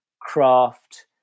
craft